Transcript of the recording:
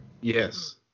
Yes